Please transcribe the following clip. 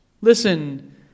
Listen